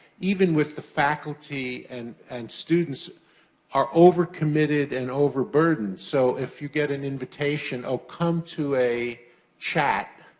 even with the faculty and and students are over committed and overburdened. so, if you get an invitation, oh, come to a chat